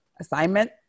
assignment